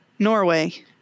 Norway